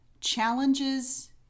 challenges